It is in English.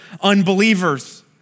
unbelievers